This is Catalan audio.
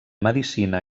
medicina